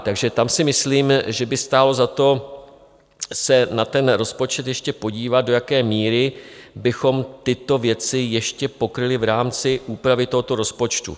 Takže tam si myslím, že by stálo za to se na rozpočet ještě podívat, do jaké míry bychom tyto věci ještě pokryli v rámci úpravy tohoto rozpočtu.